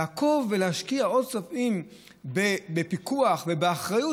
לעקוב ולהשקיע עוד כספים בפיקוח ובאחריות,